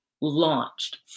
launched